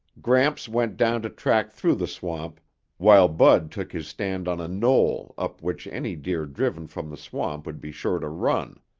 gramps went down to track through the swamp while bud took his stand on a knoll up which any deer driven from the swamp would be sure to run.